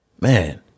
Man